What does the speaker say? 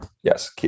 yes